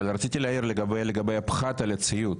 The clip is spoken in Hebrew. אבל רציתי להעיר לגבי הפחת על הציוד.